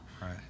right